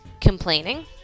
complaining